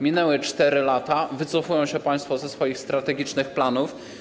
Minęły 4 lata, wycofują się państwo ze swoich strategicznych planów.